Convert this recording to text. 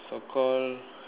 so call